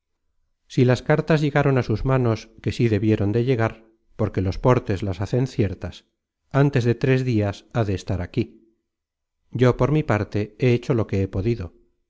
si las cartas llegaron á sus manos que sí debieron de llegar porque los portes las hacen ciertas antes de tres dias ha de estar aquí yo por mi parte he hecho lo que he podido